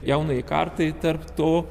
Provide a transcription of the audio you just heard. jaunajai kartai tarp to